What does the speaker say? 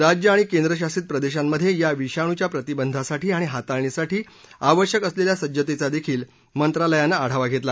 राज्य आणि केंद्रशासित प्रदेशांमध्ये या विषाणूच्या प्रतिबंधासाठी आणि हाताळणीसाठी आवश्यक असलेल्या सज्जतेचा देखील मंत्रालयानं आढावा घेतला